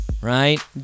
Right